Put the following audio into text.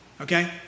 okay